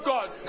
God